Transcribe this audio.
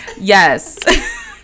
yes